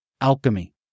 Alchemy